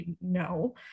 no